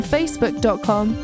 Facebook.com